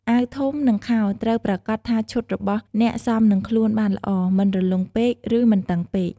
អាវធំ និងខោត្រូវប្រាកដថាឈុតរបស់អ្នកសមនឹងខ្លួនបានល្អ មិនរលុងពេក ឬមិនតឹងពេក។